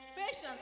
patience